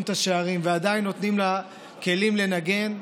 את השערים ועדיין נותנים לכלים לנגן,